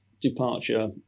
departure